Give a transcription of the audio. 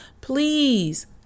please